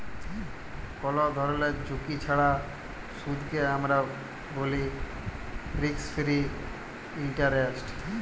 call ধরলের ঝুঁকি ছাড়া সুদকে আমরা ব্যলি রিস্ক ফিরি ইলটারেস্ট